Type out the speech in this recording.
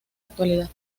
actualidad